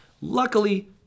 Luckily